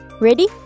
Ready